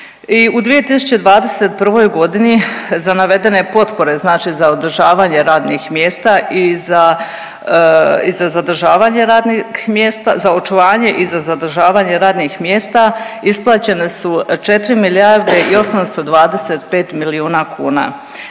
I u 2021. g. za navedene potpore, znači za održavanje radnih mjesta i za zadržavanje radnih mjesta, za očuvanje i za zadržavanje radnih mjesta isplaćene su 4 milijarde i 825 milijuna kuna